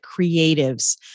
creatives